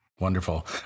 Wonderful